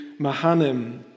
Mahanim